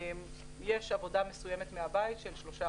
יש עבודה מסוימת מהבית 3%,